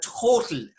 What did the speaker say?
total